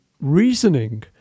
reasoning